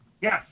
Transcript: Yes